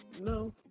No